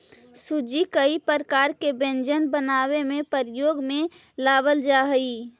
सूजी कई प्रकार के व्यंजन बनावे में प्रयोग में लावल जा हई